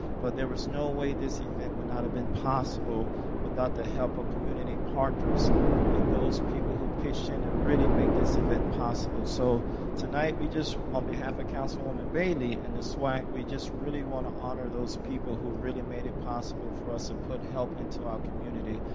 but there's no way this event would not have been possible without the help of community partners and those people who pitched in to really make this event possible. so tonight we just, on behalf of councilwoman bailey and the swac, we just really want to honor those people who really made it possible for us to put help into our community,